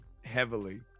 heavily